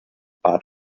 bat